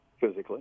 physically